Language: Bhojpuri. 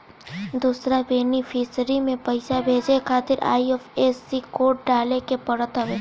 दूसरा बेनिफिसरी में पईसा भेजे खातिर आई.एफ.एस.सी कोड डाले के पड़त हवे